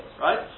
right